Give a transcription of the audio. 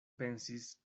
pensis